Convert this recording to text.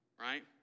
right